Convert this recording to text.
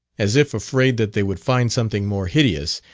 as if afraid that they would find something more hideous,